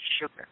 sugar